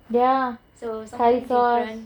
ya thai sauce